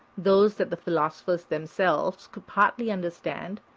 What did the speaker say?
those that the philosophers themselves could partly understand,